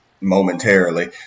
momentarily